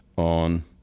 on